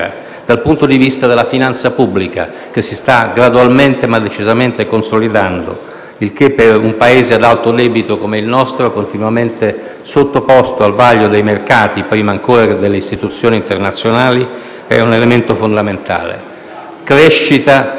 dal punto di vista della finanza pubblica, si sta gradualmente ma decisamente consolidando, e ciò, per un Paese ad alto debito, come il nostro, continuamente sottoposto al vaglio dei mercati, prima ancora che delle istituzioni internazionali, è un elemento fondamentale.